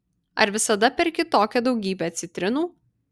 ar visada perki tokią daugybę citrinų